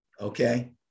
okay